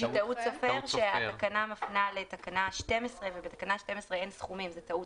טעות סופר של הפניה לתקנה 12. זאת טעות,